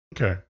Okay